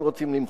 הם רוצים למחות.